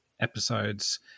episodes